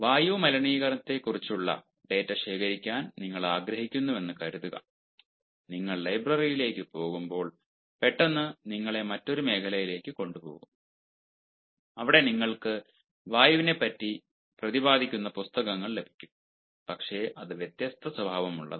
വായു മലിനീകരണത്തെക്കുറിച്ചുള്ള ഡാറ്റ ശേഖരിക്കാൻ നിങ്ങൾ ആഗ്രഹിക്കുന്നുവെന്ന് കരുതുക നിങ്ങൾ ലൈബ്രറിയിലേക്ക് പോകുമ്പോൾ പെട്ടെന്ന് നിങ്ങളെ മറ്റൊരു മേഖലയിലേക്ക് കൊണ്ടുപോകും അവിടെ നിങ്ങൾക്ക് വായുവിനെ പറ്റി പ്രതിപാദിക്കുന്ന പുസ്തകങ്ങൾ ലഭിക്കും പക്ഷേ അത് വ്യത്യസ്ത സ്വഭാവമുള്ളതാണ്